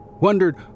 wondered